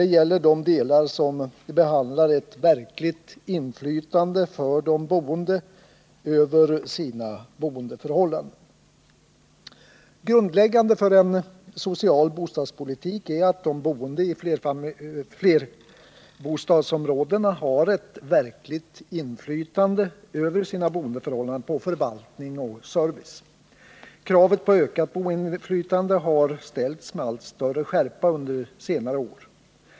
Grundläggande för en social bostadspolitik är att de boende har ett verkligt inflytande över sina boendeförhållanden, över förvaltning och service. Kravet på ökat boendeinflytande har ställts med allt större skärpa under senare år.